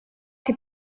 che